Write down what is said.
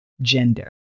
gender